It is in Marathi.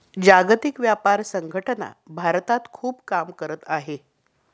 जागतिक व्यापार संघटना भारतात खूप काम करत आहे